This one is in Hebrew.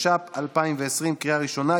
התש"ף 2020, קריאה ראשונה.